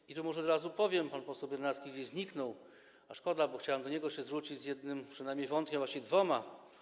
I tu może od razu powiem... pan poseł Biernacki gdzieś zniknął, a szkoda, bo chciałem do niego się zwrócić z jednym przynajmniej wątkiem, właściwie dwoma.